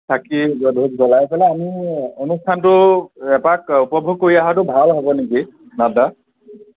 চাকি বা ধূপ জ্বলায় পেলাই আমি অনুষ্ঠানটো এপাক উপভোগ কৰি অহাটো ভাল হ'ব নেকি নাথ দা